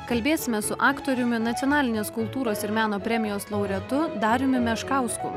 kalbėsime su aktoriumi nacionalinės kultūros ir meno premijos laureatu dariumi meškausku